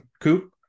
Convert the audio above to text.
Coop